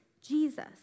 Jesus